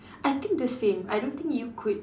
I think the same I don't think you could